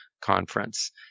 conference